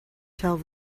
tell